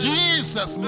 Jesus